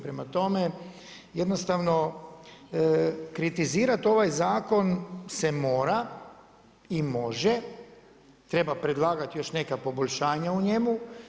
Prema tome, jednostavno kritizirati ovaj zakon se mora i može, treba predlagati još neka poboljšanja u njemu.